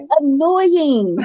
annoying